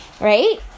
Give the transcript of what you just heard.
right